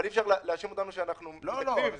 אבל אי-אפשר להאשים אותנו שאנחנו מתנגדים לזה.